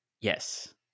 Yes